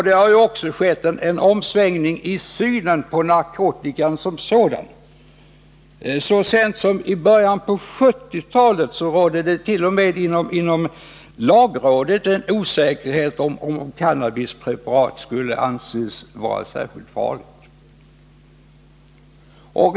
Det har också skett en omsvängning i synen på narkotikan som sådan. Så sent som i början på 1970-talet rådde det t.o.m. inom lagrådet en osäkerhet om huruvida cannabispreparat skulle anses vara särskilt farliga.